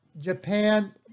Japan